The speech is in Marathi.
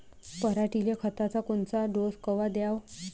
पऱ्हाटीले खताचा कोनचा डोस कवा द्याव?